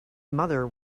mother